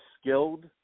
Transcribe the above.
skilled